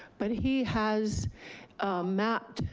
but he has mapped,